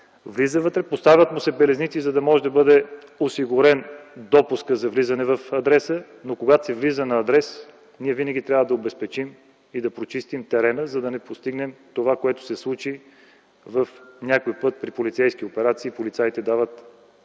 влизат вътре, поставят му се белезници, за да може да бъде осигурен допуск за влизане в адреса. Когато се влиза на адрес, ние винаги трябва да обезпечим и да прочистим терена, за да не постигнем това, което се случи в някои полицейски операции – полицаите стават